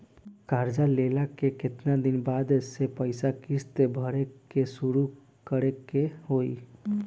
कर्जा लेला के केतना दिन बाद से पैसा किश्त भरे के शुरू करे के होई?